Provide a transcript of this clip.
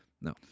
no